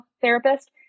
therapist